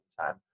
time